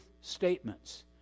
statements